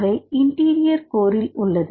அவை இன்டெரியர் கோரில் உள்ளது